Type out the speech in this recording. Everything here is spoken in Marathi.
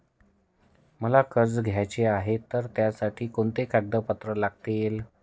मला कर्ज घ्यायचे आहे तर त्यासाठी कोणती कागदपत्रे लागतील?